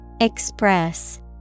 Express